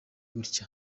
gutya